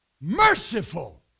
merciful